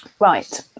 Right